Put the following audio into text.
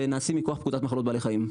שנעשים מכוח פקודת מחלות בעלי חיים.